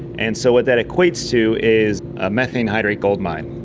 and so what that equates to is a methane hydrate goldmine.